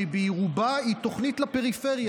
שברובה היא תוכנית לפריפריה,